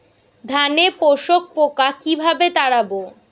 ধানে শোষক পোকা কিভাবে তাড়াব?